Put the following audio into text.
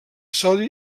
sodi